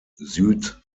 süd